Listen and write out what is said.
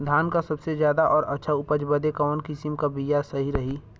धान क सबसे ज्यादा और अच्छा उपज बदे कवन किसीम क बिया सही रही?